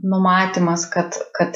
numatymas kad kad